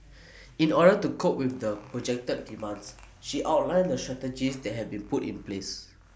in order to cope with the projected demands she outlined the strategies that have been put in place